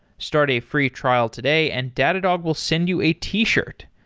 start a free trial today and datadog will send you a t-shirt.